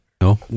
No